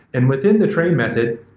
and within the train method,